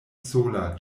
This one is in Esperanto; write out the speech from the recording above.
sola